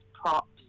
props